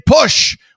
push